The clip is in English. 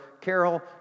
Carol